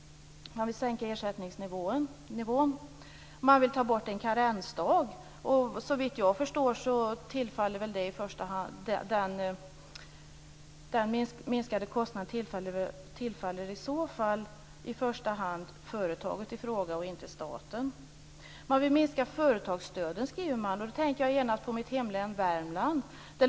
Man vill sänka ersättningsnivån. Man vill införa ytterligare en karensdag - den minskade kostnaden tillfaller väl i så fall i första hand företaget i fråga och inte staten? Man vill minska företagsstöden, skriver man. Då tänker jag genast på mitt hemlän Värmland.